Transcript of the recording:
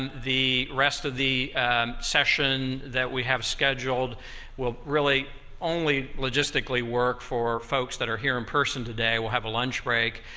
and the rest of the session that we have scheduled will really only logistically work for folks that are here in person today. we'll have a lunch break,